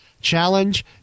challenge